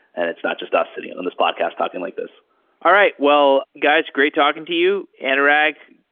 and it's not just us sitting and on this podcast talking like this all right. well guys, great talking to you. anurag,